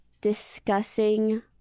discussing